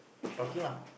talking lah